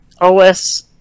OS